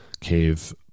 cave